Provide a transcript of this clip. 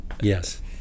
yes